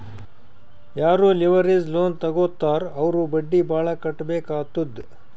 ಯಾರೂ leverage loan ತಗೋತ್ತಾರ್ ಅವ್ರು ಬಡ್ಡಿ ಭಾಳ್ ಕಟ್ಟಬೇಕ್ ಆತ್ತುದ್